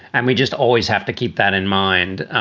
and we just always have to keep that in mind.